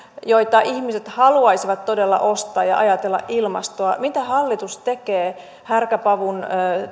joita ihmiset haluaisivat todella ostaa ja ajatella ilmastoa mitä hallitus tekee härkäpavun